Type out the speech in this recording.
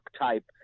type